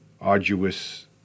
arduous